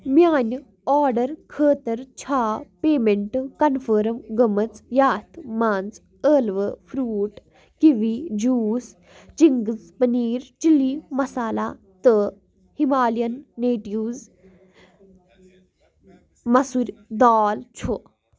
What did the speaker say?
میانہِ آرڈر خٲطرٕ چھا پیمٮ۪نٹ کنفٲرٕم گٔمٕژ یتھ منٛز ٲلوٕ فرٛوٗٹ کِوی جوٗس چِنٛگٕز پٔنیٖر چِلی مصالا تہٕ ہِمالین نیٹِوز مسُر دال چھُ